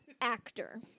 actor